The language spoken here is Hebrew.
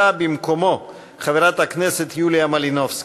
באה במקומו חברת הכנסת יוליה מלינובסקי.